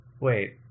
wait